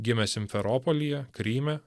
gimė simferopolyje kryme